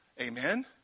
Amen